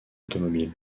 automobile